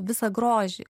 visą grožį